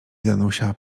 danusia